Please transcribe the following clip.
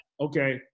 okay